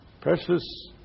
Precious